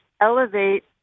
elevate